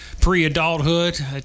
pre-adulthood